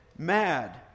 mad